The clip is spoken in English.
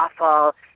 awful